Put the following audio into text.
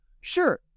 Sure